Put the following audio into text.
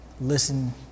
listen